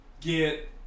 get